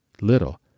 little